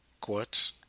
quote